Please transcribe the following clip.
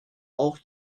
auch